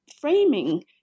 framing